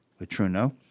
Letruno